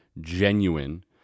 genuine